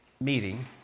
meeting